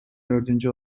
dördüncü